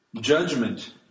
judgment